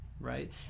right